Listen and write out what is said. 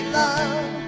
love